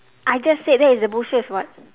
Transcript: I just said that is the bushes [what]